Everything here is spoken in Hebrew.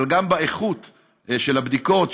אבל גם באיכות של הבדיקות,